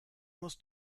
musst